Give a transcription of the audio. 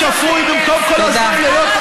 חברת